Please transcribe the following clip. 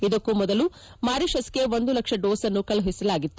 ಇದಕ್ಕೂ ಮೊದಲು ಮಾರಿಷಸ್ಗೆ ಒಂದು ಲಕ್ಷ ಡೋಸ್ನ್ನು ಕಳುಹಿಸಲಾಗಿತ್ತು